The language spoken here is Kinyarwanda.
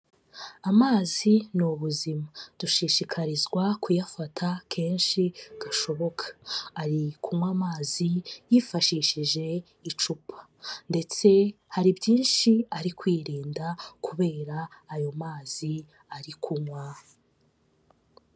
Amazi ni ubuzima dushishikarizwa kuyafata kenshi gashoboka ari kunywa amazi yifashishije icupa ndetse hari byinshiyinshi ari kwirinda kubera ayo mazi ari kunywa.